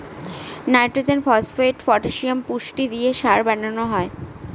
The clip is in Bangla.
নাইট্রজেন, ফসপেট, পটাসিয়াম পুষ্টি দিয়ে সার বানানো হয়